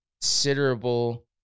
considerable